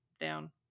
down